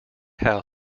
how